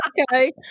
Okay